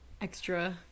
extra